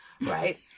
Right